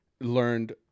learned